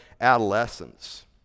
adolescence